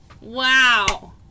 Wow